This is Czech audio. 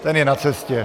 Ten je na cestě.